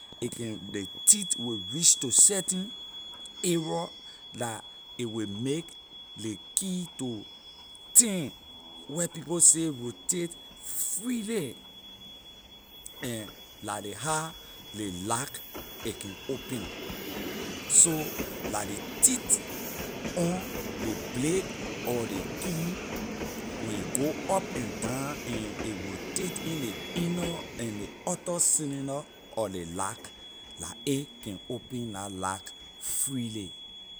A can ley teeth will to certain area la a wey make ley key to turn white people say rotate freely and la ley how ley lack a can open so la ley teeth on ley blade or ley key when a go up and down and a rotate in ley inner and ley outer cylinder of ley lack la a can open la lack freely.